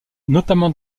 notamment